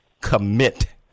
commit